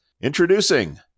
Introducing